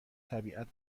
طبیعت